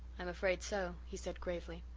i am afraid so, he said gravely.